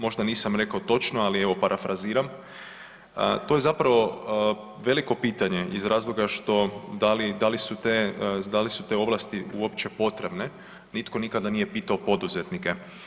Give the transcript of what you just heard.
Možda nisam rekao točno, ali evo parafraziram, to je zapravo veliko pitanje iz razloga što da li su te, da li su te ovlasti uopće potrebne, nitko nikada nije pitao poduzetnike.